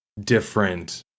different